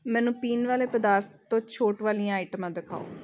ਮੈਨੂੰ ਪੀਣ ਵਾਲੇ ਪਦਾਰਥ ਤੋਂ ਛੋਟ ਵਾਲੀਆਂ ਆਈਟਮਾਂ ਦਿਖਾਓ